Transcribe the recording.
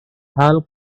hull